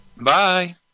Bye